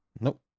Nope